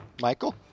Michael